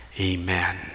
amen